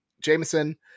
Jameson